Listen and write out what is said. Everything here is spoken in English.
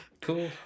Cool